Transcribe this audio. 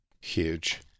huge